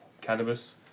cannabis